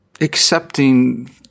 accepting